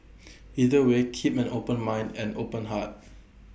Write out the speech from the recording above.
either way keep an open mind and open heart